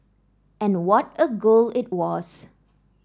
and what a goal it was